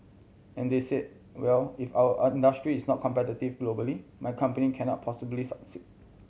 and they said well if our is not competitive globally my company cannot possibly succeed